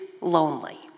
lonely